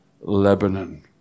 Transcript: Lebanon